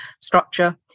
structure